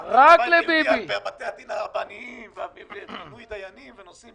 נזכרתם --- בבתי הדין הרבניים ובמינוי דיינים ובנושאים